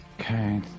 Okay